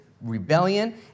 rebellion